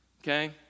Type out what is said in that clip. okay